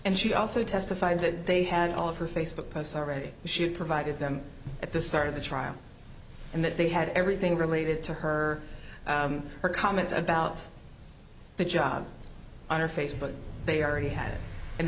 and she also testified that they had all of her facebook posts already she had provided them at the start of the trial and that they had everything related to her her comments about the job on her face but they already had